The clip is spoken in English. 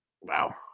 Wow